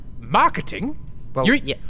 marketing